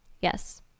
Yes